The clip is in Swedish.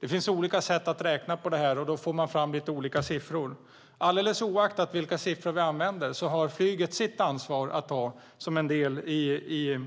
Det finns olika sätt att räkna på detta, och man får därför fram lite olika siffror. Alldeles oaktat vilka siffror vi använder har flyget sitt ansvar att ta som en del i